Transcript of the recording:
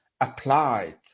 applied